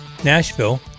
Nashville